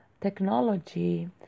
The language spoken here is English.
technology